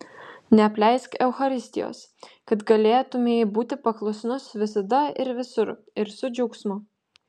neapleisk eucharistijos kad galėtumei būti paklusnus visada ir visur ir su džiaugsmu